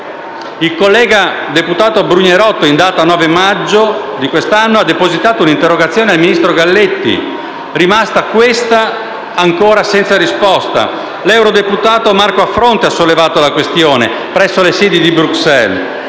Il collega deputato Brugnerotto, in data 9 maggio di quest'anno, ha depositato un'interrogazione al ministro Galletti, rimasta ancora senza risposta. L'eurodeputato Marco Affronte ha sollevato la questione presso le sedi di Bruxelles.